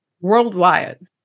worldwide